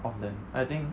of them I think